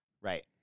Right